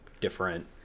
different